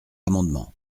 amendement